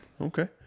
Okay